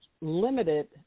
limited